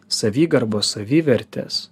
savigarbos savivertės